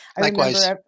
Likewise